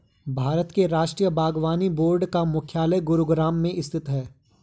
भारत के राष्ट्रीय बागवानी बोर्ड का मुख्यालय गुरुग्राम में स्थित है